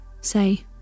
say